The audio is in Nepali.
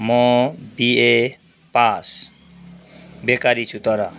म बिए पास बेकारी छु तर